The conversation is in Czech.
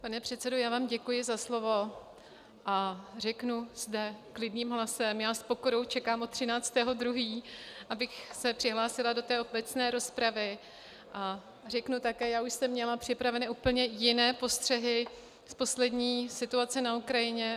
Pane předsedo, já vám děkuji za slovo a řeknu zde klidným hlasem já s pokorou čekám od 13. 2., abych se přihlásila do obecné rozpravy, a řeknu také, že už jsem měla připraveny úplně jiné postřehy z poslední situace na Ukrajině.